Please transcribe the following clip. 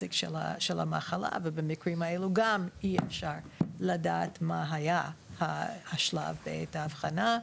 הנזק של המחלה ובמקרים האלו גם אי אפשר לדעת מה היה השלב בעת האבחנה.